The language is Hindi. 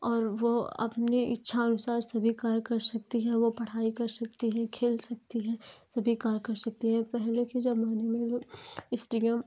और वो अपने इच्छा अनुसार सभी कार्य कर सकती हैं वो पढ़ाई कर सकती हैं खेल सकती हैं सभी कार्य कर सकती हैं पहले के जमाने में स्त्रियाँ